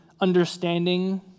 understanding